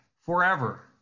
forever